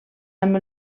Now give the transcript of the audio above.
amb